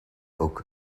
ook